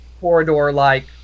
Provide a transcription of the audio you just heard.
corridor-like